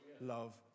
love